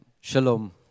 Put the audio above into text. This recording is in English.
Shalom